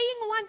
one